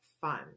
fun